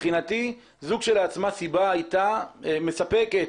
מבחינתי זו כשלעצמה הייתה סיבה מספקת